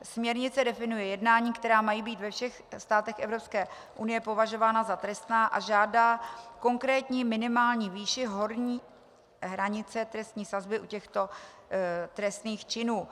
Směrnice definuje jednání, která mají být ve všech státech Evropské unie považována za trestná, a žádá konkrétní minimální výši horní hranice trestní sazby u těchto trestných činů.